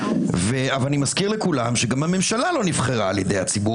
ואני מזכיר לכולם שגם הממשלה לא נבחרה על ידי הציבור,